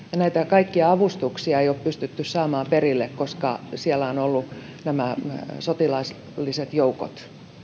näitä kaikkia avustuksia ei ole pystytty saamaan perille koska siellä ovat olleet sotilaalliset joukot